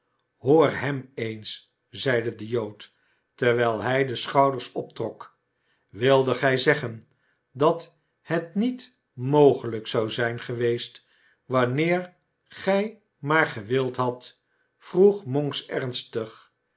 hoor hem eens zeide de jood terwijl hij de schouders optrok wildet gij zeggen dat het niet mogelijk zou zijn geweest wanneer gij maar gewild hadt vroeg monks ernstig